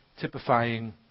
typifying